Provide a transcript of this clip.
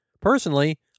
Personally